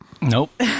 Nope